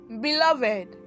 Beloved